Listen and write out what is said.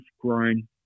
grown